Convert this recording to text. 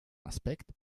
aspekt